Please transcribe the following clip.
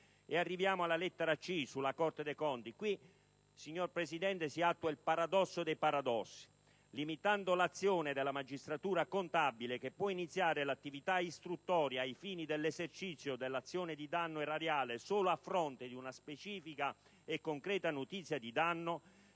decreto-legge, sulla Corte dei conti. Qui, signor Presidente, si attua il paradosso dei paradossi: limitando l'azione della magistratura contabile, che può iniziare l'attività istruttoria ai fini dell'esercizio dell'azione di danno erariale solo a fronte di una specifica e concreta notizia di danno,